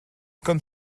comme